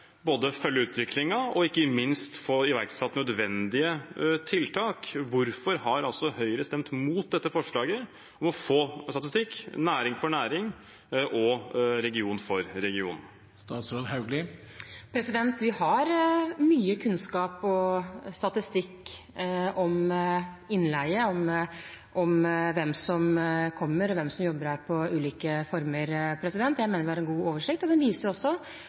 følge utviklingen og ikke minst få iverksatt nødvendige tiltak? Hvorfor har Høyre stemt mot dette forslaget om å få statistikk – næring for næring og region for region? Vi har mye kunnskap om og statistikk over innleie –hvem som kommer og hvem som jobber her – i ulike former. Jeg mener vi har en god oversikt, og den viser også